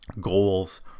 goals